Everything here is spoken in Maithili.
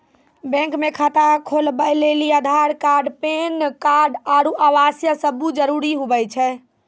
बैंक मे खाता खोलबै लेली आधार कार्ड पैन कार्ड आरू आवासीय सबूत जरुरी हुवै छै